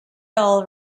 all